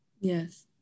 Yes